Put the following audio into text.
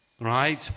Right